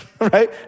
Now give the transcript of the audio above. Right